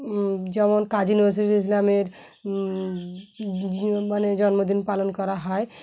যেমন কাজী নজরুল ইসলামের মানে জন্মদিন পালন করা হয়